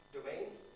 Domains